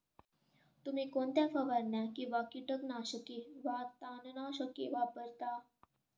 तुम्ही कोणत्या फवारण्या किंवा कीटकनाशके वा तणनाशके वापरता?